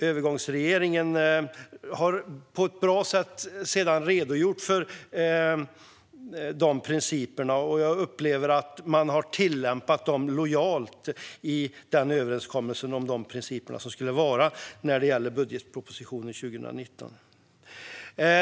Övergångsregeringen har sedan på ett bra sätt redogjort för dessa principer, och jag upplever att man har tillämpat dem lojalt med överenskommelsen om de principer som ska gälla när det gäller budgetpropositionen för 2019.